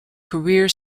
career